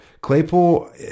Claypool